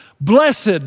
Blessed